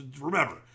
remember